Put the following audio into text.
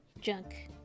junk